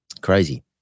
Crazy